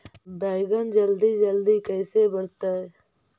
बैगन जल्दी जल्दी कैसे बढ़तै?